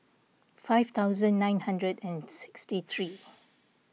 five thousand nine hundred and sixty three